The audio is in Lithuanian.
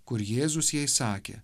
kur jėzus jai sakė